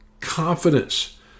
confidence